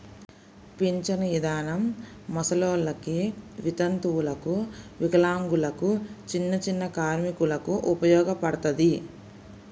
పింఛను ఇదానం ముసలోల్లకి, వితంతువులకు, వికలాంగులకు, చిన్నచిన్న కార్మికులకు ఉపయోగపడతది